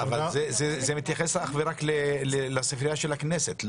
זה מתייחס אך ורק לספרייה של הכנסת,